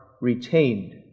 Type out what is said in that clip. retained